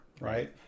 Right